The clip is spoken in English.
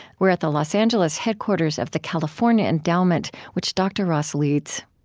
we're at the los angeles headquarters of the california endowment, which dr. ross leads